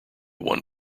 one